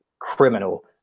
criminal